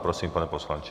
Prosím, pane poslanče.